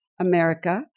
America